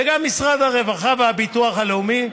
וגם משרד הרווחה והביטוח הלאומי,